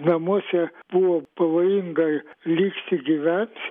namuose buvo pavojingai likti gyvent